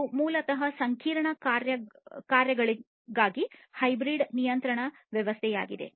ಇವು ಮೂಲತಃ ಸಂಕೀರ್ಣ ಕಾರ್ಯಗಳಿಗಾಗಿ ಹೈಬ್ರಿಡ್ ನಿಯಂತ್ರಣ ವ್ಯವಸ್ಥೆಗಳಾಗಿವೆ